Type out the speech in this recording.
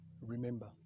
Remember